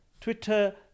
Twitter